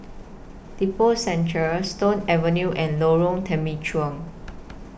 Lippo Centre Stone Avenue and Lorong Temechut